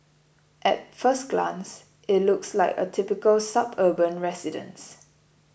at first glance it looks like a typical suburban residence